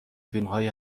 فیلمهای